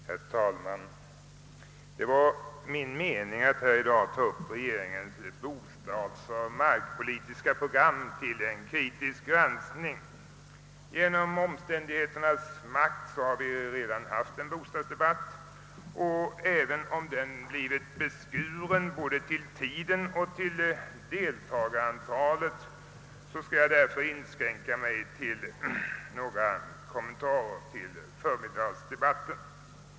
Herr talman! Det var min mening att i dag ta upp regeringens markoch bostadspolitiska program till en kritisk granskning. Genom =<tillfälligheternas spel har vi i dag redan haft en bostadspolitisk debatt, men då den beskars till både tiden och deltagarantalet, skall jag tillåta mig att göra endast några kommentarer till förmiddagens debatt.